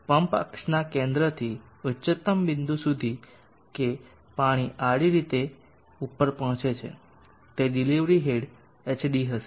pump અક્ષના કેન્દ્રથી ઉચ્ચતમ બિંદુ સુધી કે પાણી આડી રીતે ઉપર પહોંચે છે તે ડિલિવરી હેડ hd હશે